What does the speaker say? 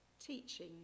teaching